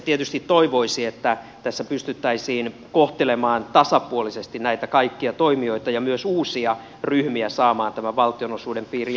tietysti toivoisi että tässä pystyttäisiin kohtelemaan tasapuolisesti näitä kaikkia toimijoita ja myös uusia ryhmiä saamaan tämän valtionosuuden piiriin